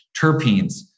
terpenes